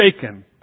shaken